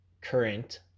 current